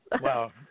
Wow